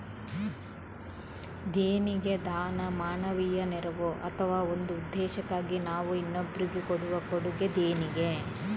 ದೇಣಿಗೆ ದಾನ, ಮಾನವೀಯ ನೆರವು ಅಥವಾ ಒಂದು ಉದ್ದೇಶಕ್ಕಾಗಿ ನಾವು ಇನ್ನೊಬ್ರಿಗೆ ಕೊಡುವ ಕೊಡುಗೆ ದೇಣಿಗೆ